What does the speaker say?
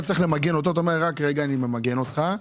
צריך למגן אותו ואתה אומר רק רגע אני ממגן אותך,